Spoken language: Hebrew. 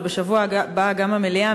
ובשבוע הבא גם המליאה,